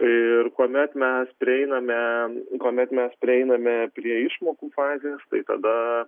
ir kuomet mes prieiname kuomet mes prieiname prie išmokų fazės tai tada